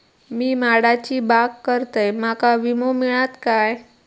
मी माडाची बाग करतंय माका विमो मिळात काय?